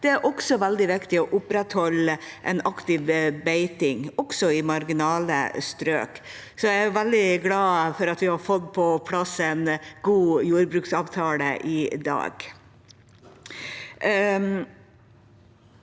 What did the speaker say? Det er også veldig viktig å opprettholde en aktiv beiting, også i marginale strøk. Jeg er veldig glad for at vi har fått på plass en god jordbruksavtale i dag.